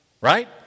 Right